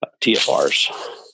TFRs